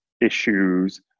issues